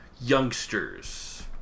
youngsters